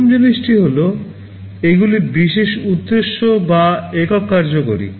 প্রথম জিনিসটি হল এগুলি বিশেষ উদ্দেশ্য বা একক কার্যকরী